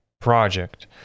project